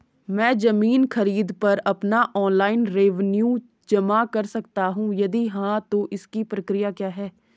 मैं ज़मीन खरीद पर अपना ऑनलाइन रेवन्यू जमा कर सकता हूँ यदि हाँ तो इसकी प्रक्रिया क्या है?